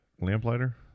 Lamplighter